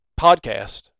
podcast